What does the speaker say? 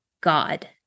god